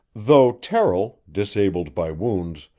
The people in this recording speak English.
though terrill, disabled by wounds,